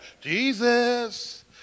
Jesus